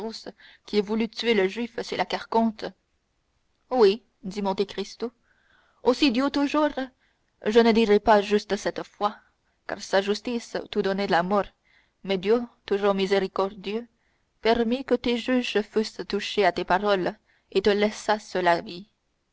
qui ai voulu tuer le juif c'est la carconte oui dit monte cristo aussi dieu toujours je ne dirai pas juste cette fois car sa justice t'eût donné la mort mais dieu toujours miséricordieux permit que tes juges fussent touchés à tes paroles et te laissassent la vie